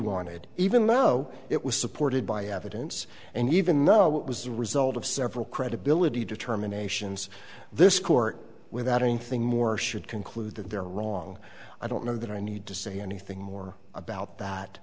wanted even though it was supported by evidence and even know what was the result of several credibility determinations this court without anything more should conclude that they're wrong i don't know that i need to say anything more about that